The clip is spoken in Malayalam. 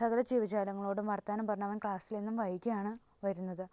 സകലജീവജാലങ്ങളോടും വർത്തമാനം പറഞ്ഞവൻ ക്ലാസില് എന്നും വൈകിയാണു വരുന്നത്